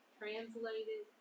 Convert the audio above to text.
translated